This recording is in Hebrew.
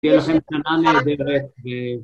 שתהיה לכם שנה נהדרת, אה...